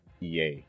EA